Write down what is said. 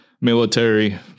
military